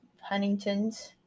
Huntington's